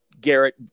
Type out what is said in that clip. Garrett